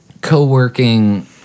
Co-working